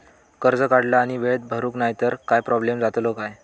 कर्ज काढला आणि वेळेत भरुक नाय तर काय प्रोब्लेम जातलो काय?